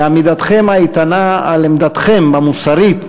ועל עמידתכם האיתנה על עמדתכם המוסרית